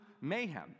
mayhem